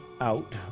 out